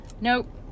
Nope